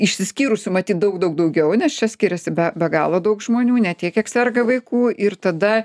išsiskyrusių matyt daug daug daugiau nes čia skiriasi be be galo daug žmonių ne tiek kiek serga vaikų ir tada